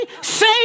say